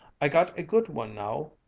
i got a good one now.